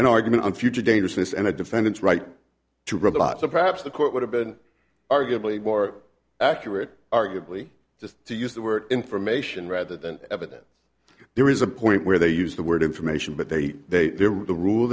and argument in future dangerousness and a defendant's right to robots or perhaps the court would have been arguably more accurate arguably just to use the word information rather than evidence there is a point where they use the word information but they they are the rule